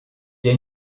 est